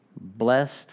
blessed